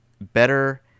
better